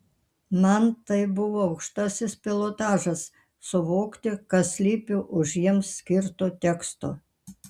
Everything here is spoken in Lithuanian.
man tai buvo aukštasis pilotažas suvokti kas slypi už jiems skirto teksto